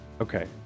okay